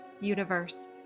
universe